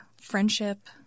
friendship